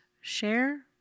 share